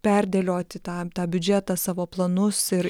perdėlioti tą tą biudžetą savo planus ir